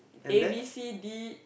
A B C D